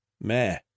meh